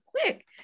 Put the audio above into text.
quick